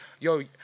yo